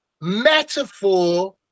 metaphor